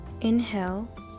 Inhale